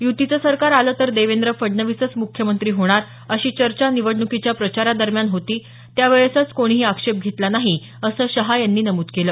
युतीचं सरकार आलं तर देवेंद्र फडणवीसच म्ख्यमंत्री होणार अशी चर्चा निवडणुकीच्या प्रचारादरम्यान होती त्यावेळेस कोणीही आक्षेप घेतला नाही असं शहा यांनी नमूद केलं